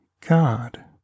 God